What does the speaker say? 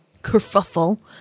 kerfuffle